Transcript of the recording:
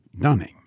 Dunning